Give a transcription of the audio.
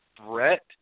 Brett